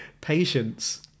Patience